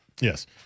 Yes